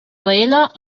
paella